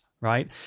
right